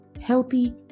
healthy